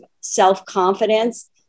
self-confidence